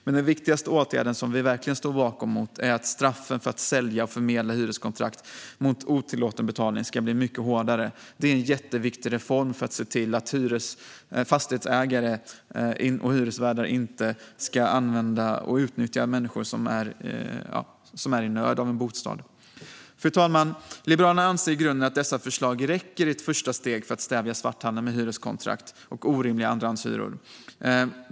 Den viktigaste åtgärden, som vi verkligen står bakom, är att straffen för att sälja och förmedla hyreskontrakt mot otillåten betalning ska bli mycket hårdare. Detta är en jätteviktig reform för att se till att fastighetsägare och hyresvärdar inte ska använda och utnyttja människor som är i stort behov av en bostad. Fru talman! Liberalerna anser i grunden att dessa förslag räcker i ett första steg för att stävja svarthandel med hyreskontrakt och orimliga andrahandshyror.